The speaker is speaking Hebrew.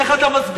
איך אתה מסביר?